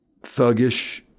thuggish